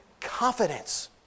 confidence